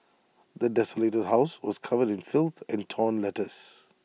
the desolated house was covered in filth and torn letters